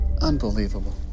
Unbelievable